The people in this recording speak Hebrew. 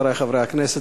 חברי חברי הכנסת,